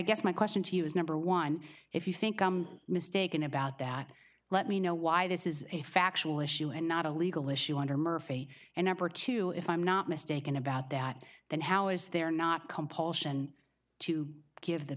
guess my question to you is number one if you think i'm mistaken about that let me know why this is a factual issue and not a legal issue under murphy and number two if i'm not mistaken about that then how is there not compulsion to give the